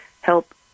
help